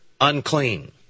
Unclean